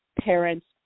parents